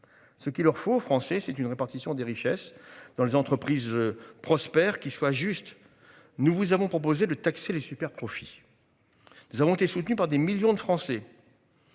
Ce qu'il leur faut français c'est une répartition des richesses dans les entreprises prospères qui soit juste. Nous vous avons proposé de taxer les superprofits. Nous avons été soutenus par des millions de Français.